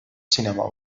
sinema